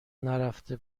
نرفته